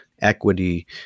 equity